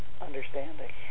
understanding